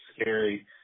scary